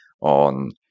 on